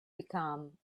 become